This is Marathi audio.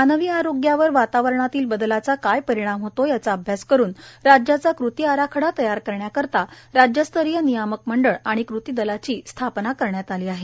मानवी आरोग्यावर वातावरणातील बदलाचा काय परिणाम होतो याचा अभ्यास करुन राज्याचा कृती आराखडा तयार करण्याकरिता राज्यस्तरीय नियामक मंडळ आणि कृती दलाची स्थापना करण्यात आली आहे